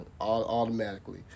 automatically